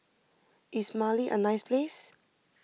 is Mali a nice place